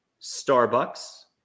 Starbucks